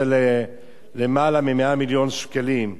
הוא יותר מ-100 מיליון שקלים.